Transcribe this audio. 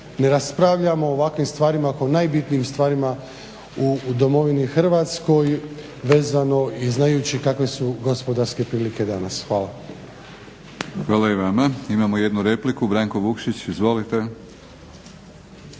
ne raspravljamo o ovakvim stvarima oko najbitnijih stvari u Domovini Hrvatskoj vezano i znajući kakve su gospodarske prilike danas. Hvala. **Batinić, Milorad (HNS)** Hvala i vama. Imamo jednu repliku, Branko Vukšić. Izvolite.